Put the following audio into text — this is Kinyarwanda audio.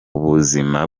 buzima